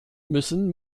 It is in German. müssen